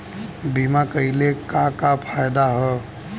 बीमा कइले का का फायदा ह?